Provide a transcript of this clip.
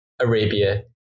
Arabia